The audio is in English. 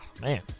man